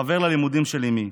חבר ללימודים של אימי,